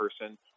person